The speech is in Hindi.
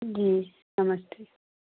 जी नमस्ते